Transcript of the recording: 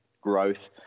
growth